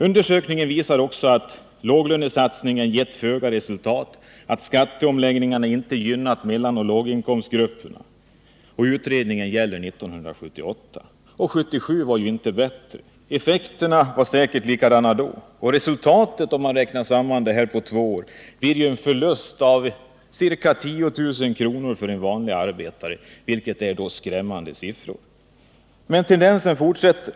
Undersökningen visar också att låglönesatsningen givit föga resultat och att skatteomläggningarna inte gynnat mellanoch låginkomstgrupperna. Utredningen gäller 1978. 1977 var ju inte bättre. Effekterna var säkert desamma. Resultatet på två år blir då en förlust på ca 10 000 kr. för en vanlig arbetare. Det är skrämmande siffror. Men tendenserna fortsätter.